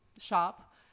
shop